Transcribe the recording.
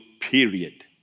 period